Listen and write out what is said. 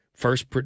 first